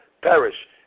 perish